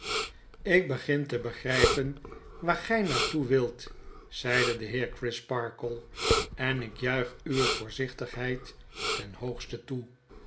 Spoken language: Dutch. ik begin te begrypen waar gy naar toe wilt zeide de heer crisparkle en ik juich uwe voorzichtigheid ten hoogste toe